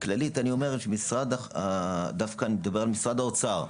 אני דווקא מדבר על משרד האוצר,